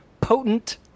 potent